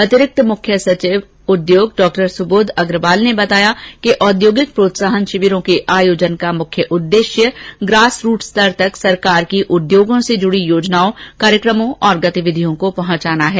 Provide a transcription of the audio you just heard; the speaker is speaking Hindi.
अतिरिक्त मुख्य सचिव उद्योग डॉ सुबोध अग्रवाल ने बताया कि औद्योगिक प्रोत्साहन शिविरों के आयोजन का मुख्य उद्देश्य ग्रासरुट स्तर तक सरकार की उद्योगों से जुड़ी योजनाओं कार्यक्रमों और गतिविधियों को पहुंचाना है